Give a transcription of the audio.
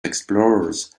explorers